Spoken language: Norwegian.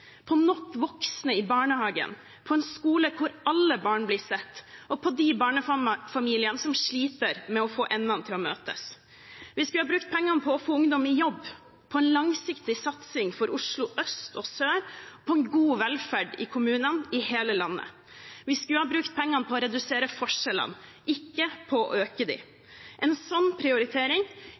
på nok voksne i barnehagen, på en skole hvor alle barn blir sett, og på de barnefamiliene som sliter med å få endene til å møtes. Vi skulle ha brukt pengene på å få ungdom i jobb, på en langsiktig satsing for Oslo øst og sør, på en god velferd i kommunene i hele landet. Vi skulle ha brukt pengene på å redusere forskjellene – ikke på å øke dem. En slik prioritering